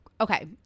okay